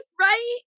right